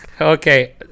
Okay